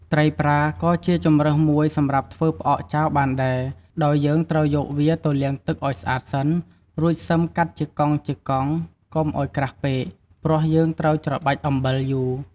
ត្រីប្រាក៏ជាជម្រើសមួយសម្រាប់ធ្វើផ្អកចាវបានដែរ ដោយយើងត្រូវយកវាទៅលាងទឹកឱ្យស្អាតសិន រួចសិមកាត់ជាកង់ៗ កុំឱ្យក្រាស់ពេក ព្រោះយើងត្រូវច្របាច់អំបិលយូរ។